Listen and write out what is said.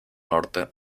norte